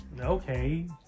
Okay